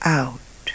out